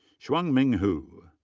xuanming hu.